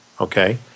okay